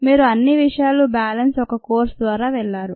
మీరు అన్ని విషయాలు బ్యాలెన్స్ ఒక కోర్సు ద్వారా వెళ్ళారు